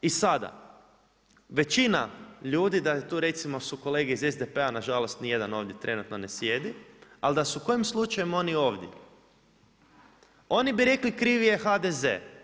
I sada većina ljudi da tu recimo su kolege iz SDP-a, nažalost nijedan ovdje trenutno ne sjedi, ali da su kojim slučajem oni ovdje, oni bi rekli kriv je HDZ.